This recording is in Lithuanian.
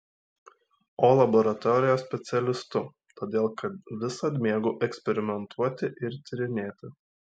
o laboratorijos specialistu todėl kad visad mėgau eksperimentuoti ir tyrinėti